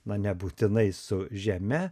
na nebūtinai su žeme